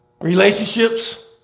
Relationships